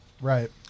Right